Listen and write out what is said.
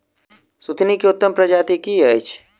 सुथनी केँ उत्तम प्रजाति केँ अछि?